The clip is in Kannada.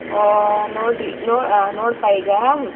ಓ ನೋಡ್ರಿ ನೋಡ್ಪ ಈಗ